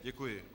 Děkuji.